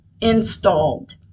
installed